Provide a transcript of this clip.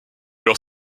les